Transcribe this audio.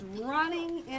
running